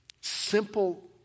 Simple